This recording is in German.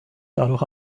dadurch